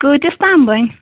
کۭتِس تام بَنہِ